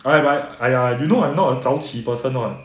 alright but !aiya! you know I'm not a 早起 person [what]